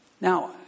Now